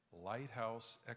lighthouse